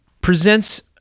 presents